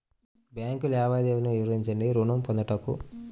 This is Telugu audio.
బ్యాంకు లావాదేవీలు వివరించండి ఋణము పొందుటకు?